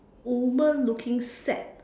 woman looking sad